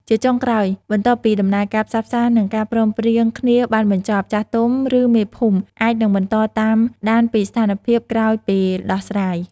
ជាចុងក្រោយ បន្ទាប់ពីដំណើរការផ្សះផ្សា និងការព្រមព្រៀងគ្នាបានបញ្ចប់ ចាស់ទុំ ឬមេភូមិ អាចនឹងបន្តតាមដានពីស្ថានភាពក្រោយពេលដោះស្រាយ។